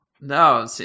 No